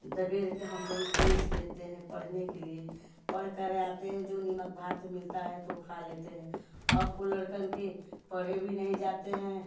दबेर के हम लोग भेज देते हैं पढ़ने के लिए पढ़कर आते हैं जो नमक भात मिलता है तो खा लेते हैं अब को लड़के के पढ़े भी नहीं जाते हैं